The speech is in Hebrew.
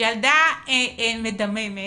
שילדה מדממת